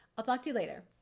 i'll talk to you later.